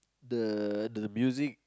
the the music